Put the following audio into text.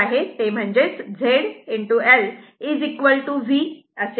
म्हणजेच इथे जे काही लिहिले आहे ते म्हणजे Z L V आहे